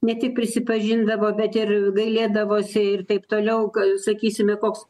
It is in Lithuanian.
ne tik prisipažindavo bet ir gailėdavosi ir taip toliau sakysime koks